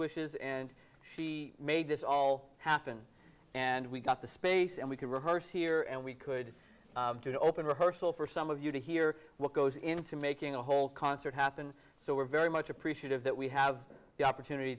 wishes and she made this all happen and we got the space and we could rehearse here and we could do to open rehearsal for some of you to hear what goes into making a whole concert happen so we're very much appreciative that we have the opportunity